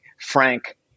Frank